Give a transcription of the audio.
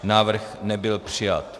Návrh nebyl přijat.